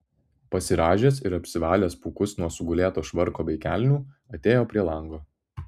pasirąžęs ir apsivalęs pūkus nuo sugulėto švarko bei kelnių atėjo prie lango